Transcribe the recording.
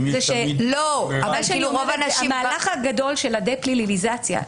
המהלך הגדול של הדה-פליליזציה,